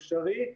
אפשרי,